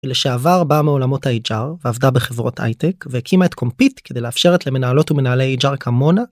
שלעבר באה מעולמות ה-hr, ועבדה בחברות הייטק, והקימה את קומפיט כדי לאפשר למנהלות ומנהלי hr כמונה.